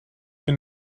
bin